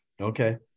okay